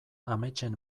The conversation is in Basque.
ametsen